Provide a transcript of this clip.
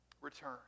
return